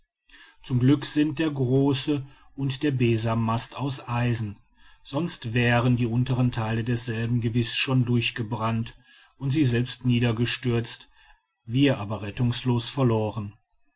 zum glück sind der große und der besanmast aus eisen sonst wären die unteren theile derselben gewiß schon durchgebrannt und sie selbst niedergestürzt wir aber rettungslos verloren